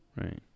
right